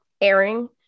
airing